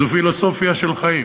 זו פילוסופיה של חיים,